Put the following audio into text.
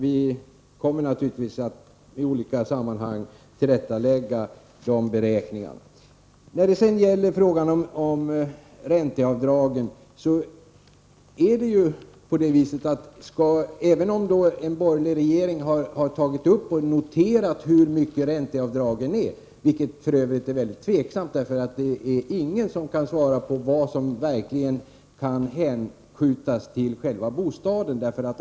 Vi kommer naturligtvis att i olika sammanhang lägga beräkningarna till rätta. När det sedan gäller frågan om ränteavdragen är det ju visserligen så att en borgerlig regering noterat hur stora ränteavdragen är, men detta är mycket tveksamt, eftersom ingen kan svara på vad som verkligen kan hänföras till själva bostaden.